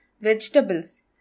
vegetables